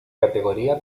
categoría